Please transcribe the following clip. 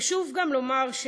חשוב גם לומר,